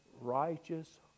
righteous